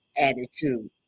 attitude